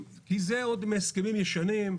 כי זה עוד מהסכמים ישנים.